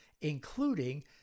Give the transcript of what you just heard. including